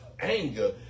anger